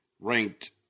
ranked